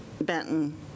Benton